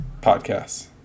podcasts